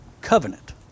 covenant